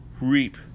reap